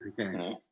Okay